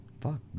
fuck